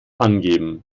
angeben